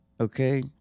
okay